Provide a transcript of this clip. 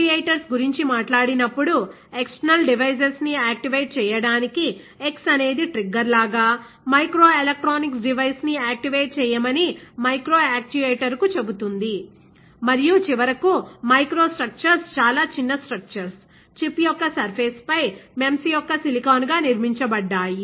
actuators గురించి మాట్లాడినప్పుడు external device ని ఆక్టివేట్ చేయడానికి x అనేది ట్రిగ్గర్ లాగా మైక్రో ఎలక్ట్రానిక్స్ డివైస్ ని ఆక్టివేట్ చేయమని మైక్రో యాక్యుయేటర్ కు చెబుతుంది మరియు చివరకు మైక్రో స్ట్రక్చర్స్ చాలా చిన్న స్ట్రక్చర్స్ చిప్ యొక్క సర్ఫేస్ పై MEMS యొక్క సిలికాన్గా నిర్మించబడ్డాయి